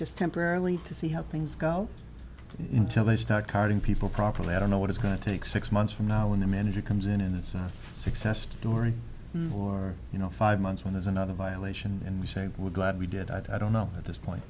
just temporarily to see how things go until they start carving people properly i don't know what it's going to take six months from now when the manager comes in and it's a success story or you know five months when there's another violation and we say we're glad we did i don't know at this point